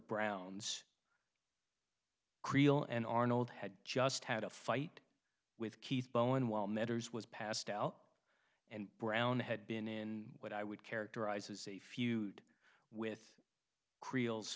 browns creel and arnold had just had a fight with keith bowen while mentors was passed out and brown had been in what i would characterize as a feud with creoles